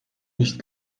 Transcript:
nicht